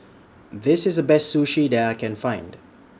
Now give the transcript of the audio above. This IS The Best Sushi that I Can Find